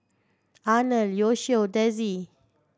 Arnold Yoshio Dezzie